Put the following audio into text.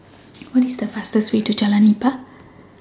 What IS The fastest Way to Jalan Nipah